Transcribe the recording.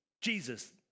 Jesus